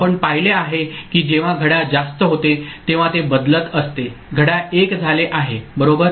आपण पाहिले आहे की जेव्हा घड्याळ जास्त होते तेव्हा ते बदलत असते घड्याळ 1 झाले आहे बरोबर